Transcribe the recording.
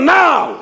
now